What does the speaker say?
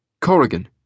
Corrigan